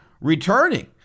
returning